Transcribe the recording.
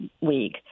week